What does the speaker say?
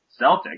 Celtics